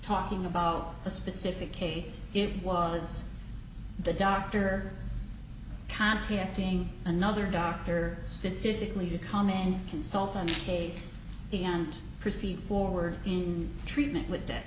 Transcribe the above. talking about a specific case it was the doctor contacting another doctor specifically to come in and consult on a case and proceed forward in treatment with